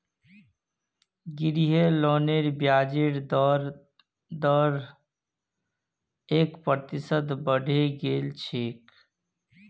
गृह लोनेर ब्याजेर दर एक प्रतिशत बढ़े गेल छेक